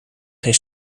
geen